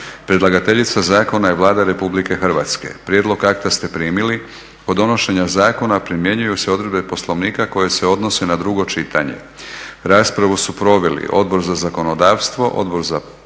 Predlagateljica zakona je Vlada Republike Hrvatske. Prijedlog akta ste primili. Kod donošenja zakona primjenjuju se odredbe Poslovnika koje se odnose na drugo čitanje. Raspravu su proveli Odbor za zakonodavstvo, Odbor za